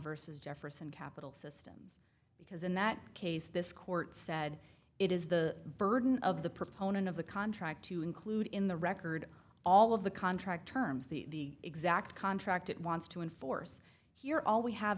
verses jefferson capital system because in that case this court said it is the burden of the proponent of the contract to include in the record all of the contract terms the exact contract it wants to enforce here all we have